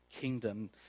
kingdom